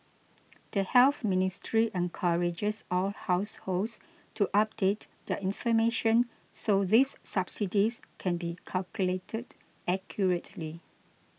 the Health Ministry encourages all households to update their information so these subsidies can be calculated accurately